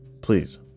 Please